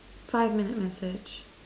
five minutes message